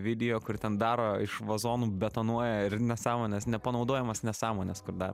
video kur ten daro iš vazonų betonuoja ir nesąmones nepanaudojamas nesąmones kur daro